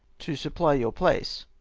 to supply your place.